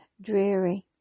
dreary